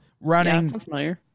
running